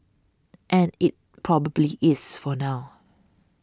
and it probably is for now